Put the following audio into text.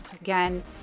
again